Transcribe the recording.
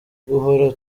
guhora